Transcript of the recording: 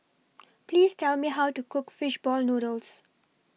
Please Tell Me How to Cook Fish Ball Noodles